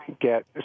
get